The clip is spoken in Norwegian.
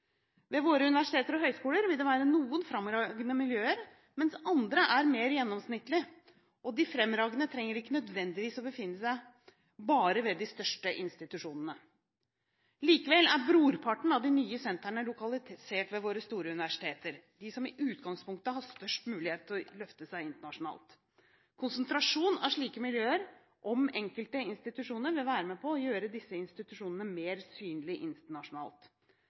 Ved våre universiteter og høyskoler vil det være noen fremragende miljøer, mens andre er mer gjennomsnittlige, og de fremragende trenger ikke nødvendigvis å befinne seg bare ved de største institusjonene. Likevel er brorparten av de nye sentrene lokalisert ved våre store universiteter, de som i utgangspunktet har størst mulighet til å løfte seg internasjonalt. Konsentrasjon av slike miljøer om enkelte institusjoner vil være med på å gjøre disse institusjonene mer synlige internasjonalt.